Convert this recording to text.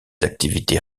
activités